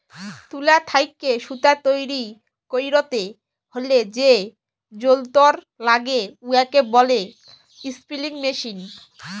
তুলা থ্যাইকে সুতা তৈরি ক্যইরতে হ্যলে যে যল্তর ল্যাগে উয়াকে ব্যলে ইস্পিলিং মেশীল